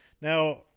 Now